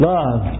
Love